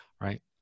right